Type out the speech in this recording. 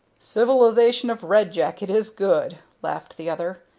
civilization of red jacket is good! laughed the other.